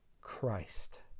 christ